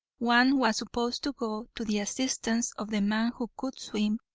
one was supposed to go to the assistance of the man who could swim,